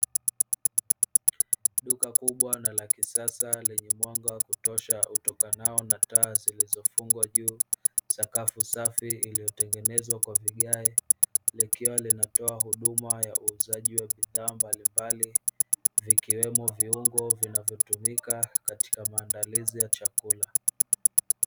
Duka kubwa na la kisasa lenye mwanga wa kutosha utokanao na taa zilizofungwa juu, sakafu safi iliyotengenezwa kwa vigae. Likiwa linatoa huduma ya uuzaji wa bidhaa mbalimbali vikiwemo viungo vinavyotumika katika maandalizi ya chakula.